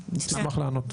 אשמח לענות.